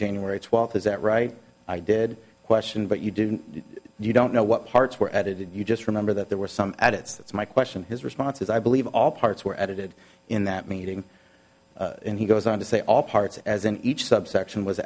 january twelfth is that right i did question but you didn't you don't know what parts were edited you just remember that there were some edits that's my question his response was i believe all parts were edited in that meeting and he goes on to say all parts as in each subsection was